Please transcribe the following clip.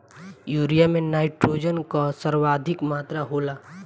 urea में nitrogen कअ सर्वाधिक मात्रा होला